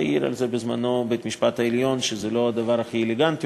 והעיר על זה בזמנו בית-המשפט העליון שזה לא הדבר הכי אלגנטי,